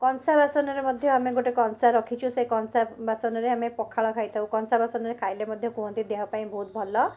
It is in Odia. କଂସା ବାସନରେ ମଧ୍ୟ ଆମେ ଗୋଟେ କଂସା ରଖିଛୁ ସେ କଂସା ବାସନରେ ଆମେ ପଖାଳ ଖାଇଥାଉ କଂସା ବାସନରେ ଖାଇଲେ ମଧ୍ୟ କୁହନ୍ତି ଦେହ ପାଇଁ ବହୁତ ଭଲ